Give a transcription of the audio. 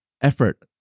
effort